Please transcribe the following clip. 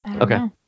okay